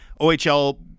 OHL